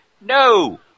No